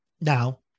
Now